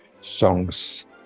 songs